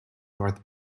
north